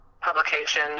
publication